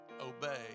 obey